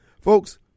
folks